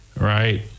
Right